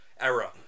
era